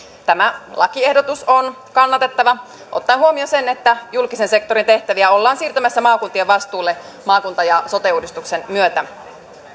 tämä lakiehdotus on kannatettava ottaen huomioon sen että julkisen sektorin tehtäviä ollaan siirtämässä maakuntien vastuulle maakunta ja sote uudistuksen myötä